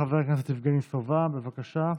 חבר הכנסת יבגני סובה, בבקשה.